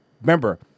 remember